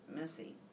Missy